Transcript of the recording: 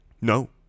No